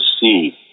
see